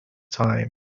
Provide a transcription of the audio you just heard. time